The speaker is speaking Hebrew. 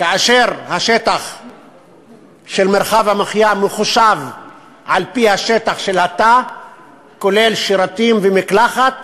כאשר השטח של מרחב המחיה מחושב על-פי השטח של התא כולל שירותים ומקלחת,